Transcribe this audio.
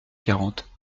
quarante